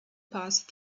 past